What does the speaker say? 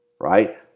right